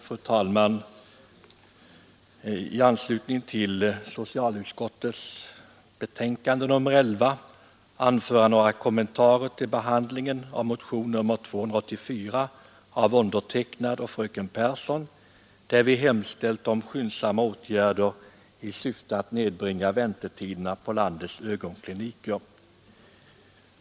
Fru talman! Låt mig i anslutning till socialutskottets betänkande nr 11 göra några kommentarer till behandlingen av motion nr 284 av mig och fröken Pehrsson, där vi hemställt om skyndsamma åtgärder i syfte att nedbringa väntetiderna på landets ögonkliniker.